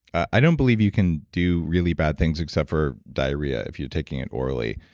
i don't believe you can do really bad things, except for diarrhea if you're taking it orally.